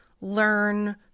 learn